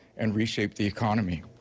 and reshape the economy.